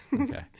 okay